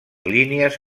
línies